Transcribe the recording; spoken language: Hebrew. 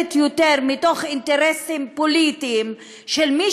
מובלת יותר מאינטרסים פוליטיים של מי